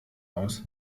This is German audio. aus